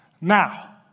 Now